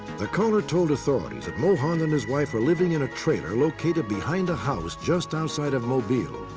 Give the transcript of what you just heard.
the caller told authorities that mohon and his wife were living in a trailer located behind a house just outside of mobile.